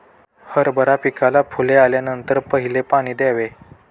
हरभरा पिकाला फुले आल्यानंतर पहिले पाणी द्यावे